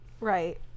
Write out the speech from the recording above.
right